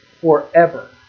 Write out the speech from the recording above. forever